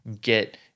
get